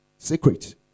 Secret